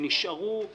שנשארו - אגב,